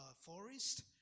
forest